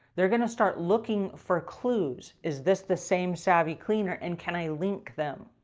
they're going to start looking for clues. is this the same savvy cleaner? and can i link them?